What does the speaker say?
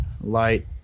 light